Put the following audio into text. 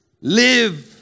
live